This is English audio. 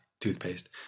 toothpaste